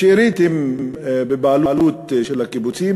השארית היא בבעלות של הקיבוצים,